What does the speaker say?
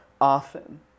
often